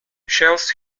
shells